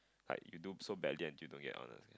like you do so badly until you don't get honours